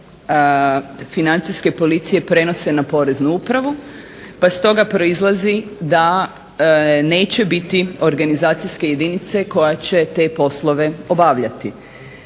Financijske policije prenose na Poreznu upravu, pa stoga proizlazi da neće biti organizacijske jedinice koja će te poslove obavljati.